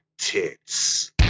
tits